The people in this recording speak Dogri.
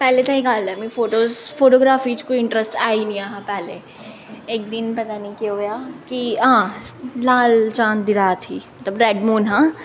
पैह्लें दी गल्ल ऐ मिगी फोटोग्राफी च कोई इंट्रस्ट एह् ही नां पैह्ले इक दिन पता निं केह् होएआ कि हां लाल चांद दी रात ही रैड मून हा